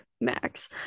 Max